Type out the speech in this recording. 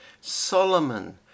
Solomon